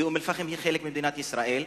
כי אום-אל-פחם היא חלק ממדינת ישראל,